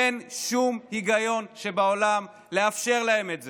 אין שום היגיון שבעולם לאפשר להם את זה.